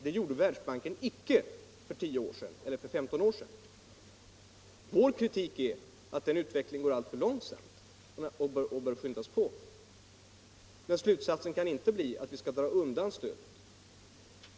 Det gjorde icke Världsbanken för 10 eller 15 år sedan. Vår kritik är att denna utveckling går alltför långsamt och bör påskyndas. Men slutsatsen kan inte bli att vi skall dra undan stödet.